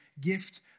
gift